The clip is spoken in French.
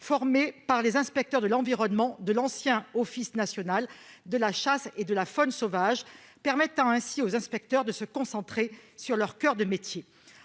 formés par les inspecteurs de l'environnement de l'ancien Office national de la chasse et de la faune sauvage, ce qui permettait aux inspecteurs de se concentrer sur leur coeur de métier.